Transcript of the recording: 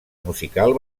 musical